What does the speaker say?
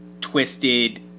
twisted